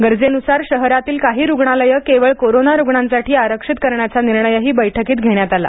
गरजेनुसार शहरातील काही रुग्णालयं केवळ कोरोना रुग्णांसाठी आरक्षित करण्याचा निर्णयही बैठकीत घेण्यात आला